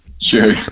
Sure